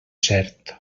cert